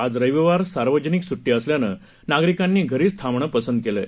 आज रविवार सार्वजनिक सुट्टी असल्यानं नागरिकांनी घरीच थांबण पसंत केलंय